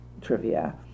trivia